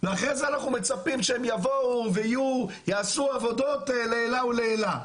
ואחרי זה אנחנו מצפים שיבואו ויעשו עבודות לעילא ולעילא.